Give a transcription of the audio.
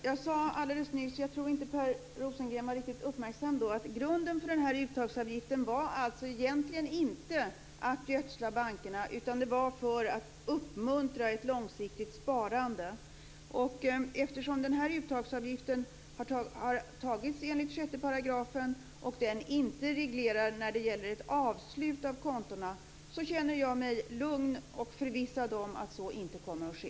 Herr talman! Jag sade alldeles nyss att grunden för uttagsavgiften egentligen inte var att gödsla bankerna utan att uppmuntra ett långsiktigt sparande. Jag tror inte att Per Rosengren var riktigt uppmärksam då. Eftersom den här uttagsavgiften har tagits ut enligt 6 § och den inte reglerar ett avslut av kontona känner jag mig lugn och förvissad om att så inte kommer att ske.